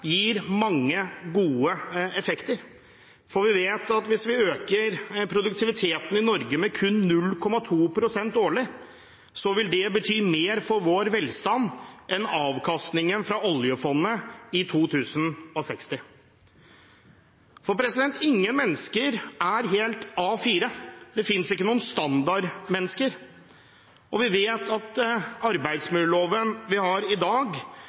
gir mange gode effekter. Vi vet at hvis vi øker produktiviteten i Norge med kun 0,2 pst. årlig, vil det bety mer for vår velstand enn avkastningen av oljefondet i 2060. Ingen mennesker er helt A4. Det finnes ikke noen standardmennesker. Vi vet at den arbeidsmiljøloven vi har i dag,